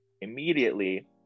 immediately